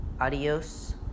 Adios